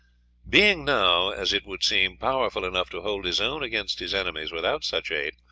being now, as it would seem, powerful enough to hold his own against his enemies without such aid,